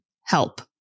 help